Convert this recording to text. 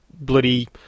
bloody